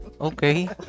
Okay